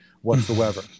whatsoever